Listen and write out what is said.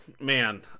man